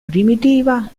primitiva